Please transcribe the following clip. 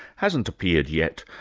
hasn't appeared yet,